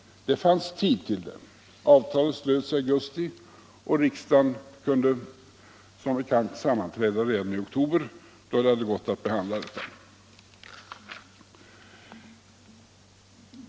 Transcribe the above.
Det fanns tid till det. Avtalet slöts i augusti, och riksdagen skulle som bekant sammanträda redan i oktober, då det hade gått att behandla ärendet.